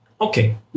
Okay